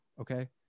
okay